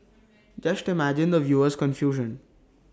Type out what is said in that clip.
just imagine the viewer's confusion